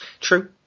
True